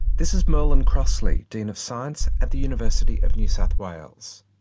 this is merlin crossley, dean of science at the university of new south wales.